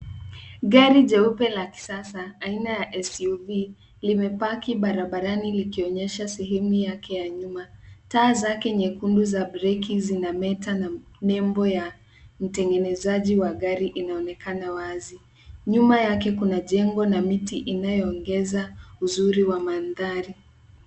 Gari jeupe la kisasa aina ya ya SUV limepaki barabarani likionyesha sehemu yake ya nyuma. Taa zake nyekundu za breki zinameta na nembo ya mtengenezaji wa gari inaonekana wazi. Nyuma yake kuna jengo na miti inayoongeza uzuri wa mandhari.